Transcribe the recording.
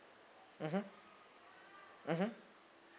mmhmm mmhmm